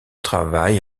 travail